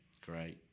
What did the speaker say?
Great